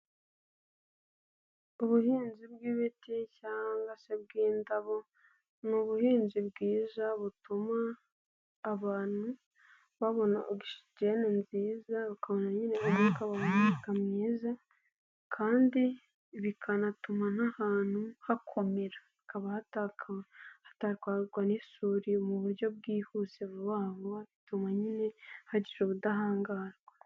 Ubuhinzi bwibiti cyangwa se bw'indabo, ni ubuhinzi bwiza butuma abantu babona ogisigene nziza, ukabona nyine haboneka umwuka bahumeka mwiza, kandi bikanatuma n'ahantu hakomera hakaba hatatwarwa n'isuri mu buryo bwihuse vuba vuba, bituma nyine hagira ubudahangarwa.